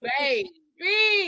Baby